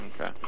Okay